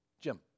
Jim